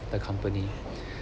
the company